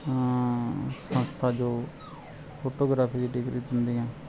ਸੰਸਥਾ ਜੋ ਫੋਟੋਗ੍ਰਾਫੀ ਦੀ ਡਿਗਰੀ ਦਿੰਦੀਆਂ